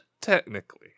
technically